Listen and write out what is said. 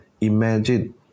imagine